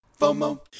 FOMO